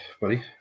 buddy